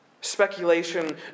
Speculation